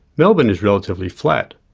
melbourne is relatively flat,